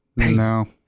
no